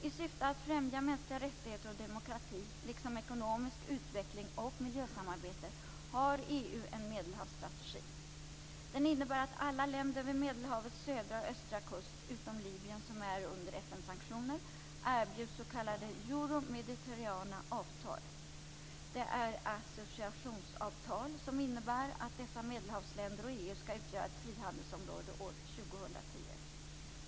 I syfte att främja mänskliga rättigheter och demokrati, liksom ekonomisk utveckling och miljösamarbete, har EU en Medelhavsstrategi. Den innebär att alla länder vid Medelhavets södra och östra kust, utom Libyen som är under FN-sanktioner, erbjuds s.k euromediterrana avtal. Det är associationsavtal som innebär att dessa Medelhavsländer och EU skall utgöra ett frihandelsområde år 2010.